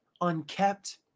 unkept